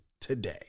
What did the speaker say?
today